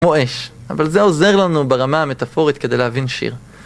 כמו אש, אבל זה עוזר לנו ברמה המטאפורית כדי להבין שיר.